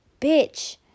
bitch